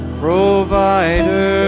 provider